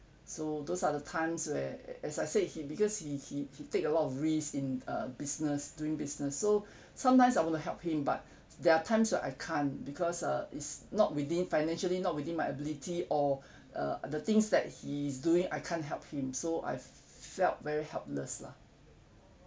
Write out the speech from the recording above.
so those are the times where as I said he because he he he take a lot of risk in uh business doing business so sometimes I want to help him but there are times where I can't because uh it's not within financially not within my ability or uh the things that he's doing I can't help him so I felt very helpless lah